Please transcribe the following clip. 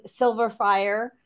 Silverfire